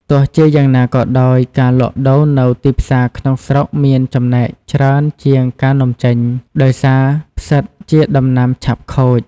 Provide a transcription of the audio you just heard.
ទោះជាយ៉ាងណាក៏ដោយ ការលក់ដូរនៅទីផ្សារក្នុងស្រុកមានចំណែកច្រើនជាងការនាំចេញ ដោយសារផ្សិតជាដំណាំឆាប់ខូច។